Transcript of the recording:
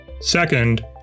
Second